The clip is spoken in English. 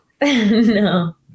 No